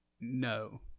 no